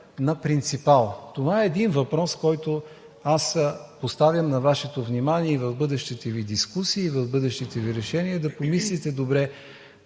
на принципал. Това е един въпрос, който аз поставям на Вашето внимание и в бъдещите Ви дискусии, и в бъдещите Ви решения да помислите добре